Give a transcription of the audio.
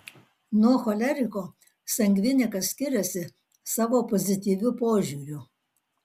nuo choleriko sangvinikas skiriasi savo pozityviu požiūriu